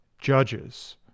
Judges